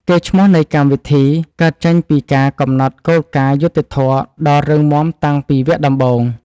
កេរ្តិ៍ឈ្មោះនៃកម្មវិធីកើតចេញពីការកំណត់គោលការណ៍យុត្តិធម៌ដ៏រឹងមាំតាំងពីវគ្គដំបូង។